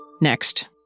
Next